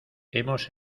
hemos